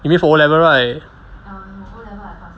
you mean for O level right